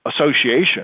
association